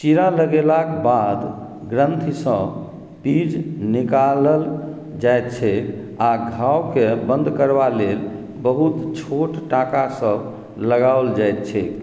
चीरा लगेलाक बाद ग्रन्थिसँ पीज निकालल जाइत छैक आओर घावके बन्द करबा लेल बहुत छोट टाँकासभ लगाओल जाइत छैक